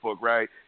right